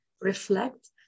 reflect